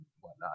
whatnot